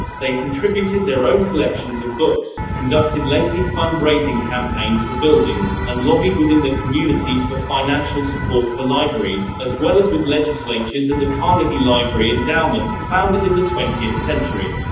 they contributed their own collections of books, conducted lengthy fund raising campaigns for buildings, and lobbied within their communities for financial support for libraries, as well as with legislatures and the carnegie library endowment, founded in the twentieth century.